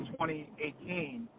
2018